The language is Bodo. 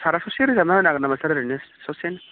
सारा ससे रोजाबना होनो हागोन नामा सार ओरैनो ससेनो